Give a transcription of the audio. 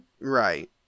right